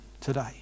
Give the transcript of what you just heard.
today